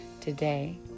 today